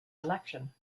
election